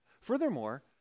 Furthermore